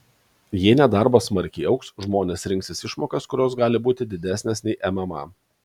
jei nedarbas smarkiai augs žmonės rinksis išmokas kurios gali būti didesnės nei mma